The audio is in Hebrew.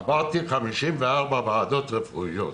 עברתי 54 ועדות רפואיות.